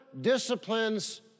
disciplines